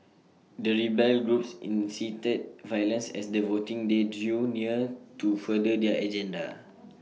the rebel groups incited violence as the voting day drew near to further their agenda